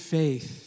faith